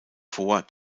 vor